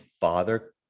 father